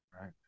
right